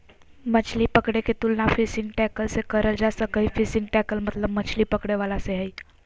मछली पकड़े के तुलना फिशिंग टैकल से करल जा सक हई, फिशिंग टैकल मतलब मछली पकड़े वाला से हई